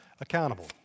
accountable